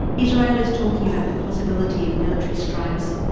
israel is talking about the possibility of military strikes,